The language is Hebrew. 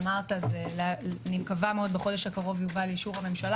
אני מקווה מאוד שבחודש הקרוב זה יובא לאישור הממשלה